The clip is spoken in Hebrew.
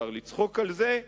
אפשר לצחוק על זה,